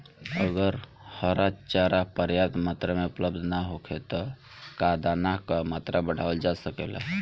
अगर हरा चारा पर्याप्त मात्रा में उपलब्ध ना होखे त का दाना क मात्रा बढ़ावल जा सकेला?